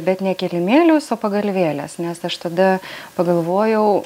bet ne kilimėlius o pagalvėles nes aš tada pagalvojau